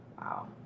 Wow